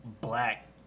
black